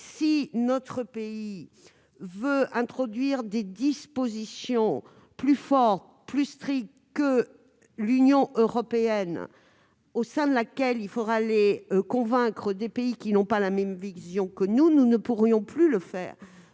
si notre pays voulait introduire des dispositions plus fortes, plus strictes, que celles de l'Union européenne, au sein de laquelle il faudrait convaincre des pays qui n'ont pas la même vision que nous, nous ne pourrions plus le faire.